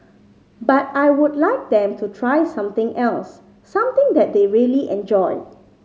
but I would like them to try something else something that they really enjoy